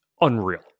unreal